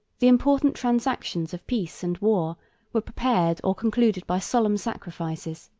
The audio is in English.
the important transactions of peace and war were prepared or concluded by solemn sacrifices,